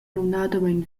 numnadamein